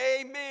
amen